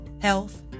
health